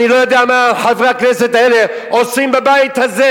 אני לא יודע מה חברי הכנסת האלה עושים בבית הזה.